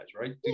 right